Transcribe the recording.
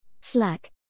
Slack